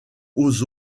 aux